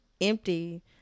empty